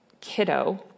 kiddo